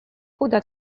chuda